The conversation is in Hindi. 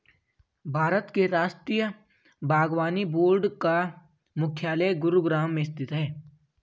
भारत के राष्ट्रीय बागवानी बोर्ड का मुख्यालय गुरुग्राम में स्थित है